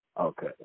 Okay